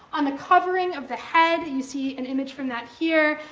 on the covering of the head, you see an image from that here,